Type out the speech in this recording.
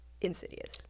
insidious